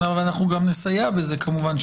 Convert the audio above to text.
ואנחנו גם נסייע בזה כמובן,